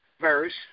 verse